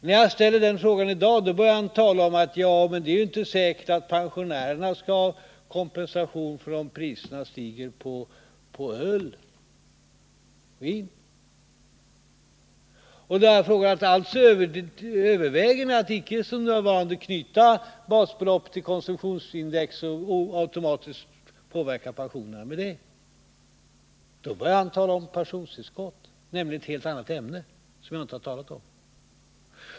När jag ställer frågan i dag börjar han tala om att det inte är säkert att pensionärerna skall ha kompensation om priserna stiger på öl och vin. Jag har frågat: Överväger ni alltså att icke som f.n. knyta basbeloppet till konsumtionsindex och därigenom automatiskt påverka pensionerna? Då börjar han tala om pensionstillskott, ett helt annat ämne, som jag inte har talat om.